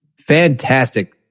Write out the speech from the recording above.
fantastic